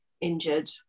injured